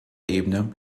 ebene